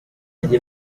nibwo